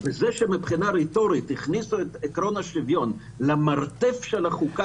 זה שמבחינה רטורית הכניסו את עיקרון השוויון למרתף של החוקה